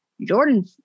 Jordan